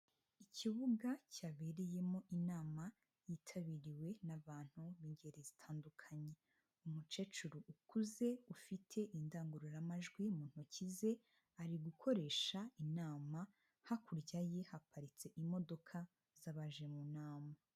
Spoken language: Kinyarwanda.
Ikibuga cyabereyemo inama yitabiriwe n' abantu b'ingeri zitandukanye, umukecuru ukuze, ufite indangururamajwi mu ntoki ze, ari gukoresha inama, hakurya ye haparitse imodoko z'abaje mu nama.